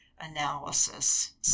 analysis